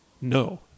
No